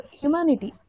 humanity